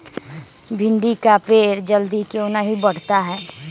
भिंडी का पेड़ जल्दी क्यों नहीं बढ़ता हैं?